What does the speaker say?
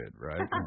right